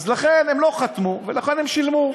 אז לכן הם לא חתמו, ולכן הם שילמו.